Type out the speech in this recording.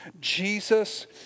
Jesus